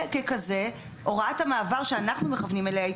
קיום חשבון שחותמים עליו שניים.